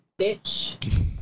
bitch